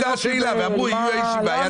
פניות 36 עד 37. איזה אופוזיציה אחראית.